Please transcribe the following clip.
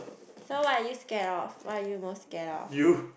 so what are you scared of what are you most scared of